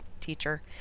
teacher